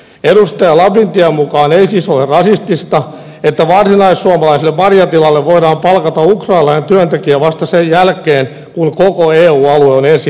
edustaja lapintien mukaan ei siis ole rasistista että varsinaissuomalaiselle marjatilalle voidaan palkata ukrainalainen työntekijä vasta sen jälkeen kun koko eu alue on ensin haravoitu